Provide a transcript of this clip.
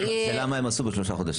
השאלה היא מה הם עשו בשלושה חודשים.